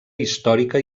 històrica